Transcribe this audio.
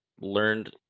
learned